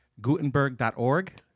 Gutenberg.org